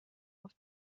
auf